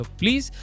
please